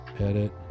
Edit